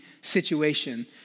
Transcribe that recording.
situation